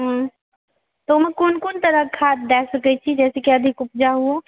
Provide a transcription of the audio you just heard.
हँ तऽ ओहिमे क़ोन क़ोन तरहके खाद दए सकैत छी जाहिसँ कि अधिक उपजा हुए